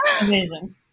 Amazing